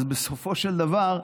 אז בסופו של דבר,